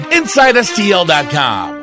InsideSTL.com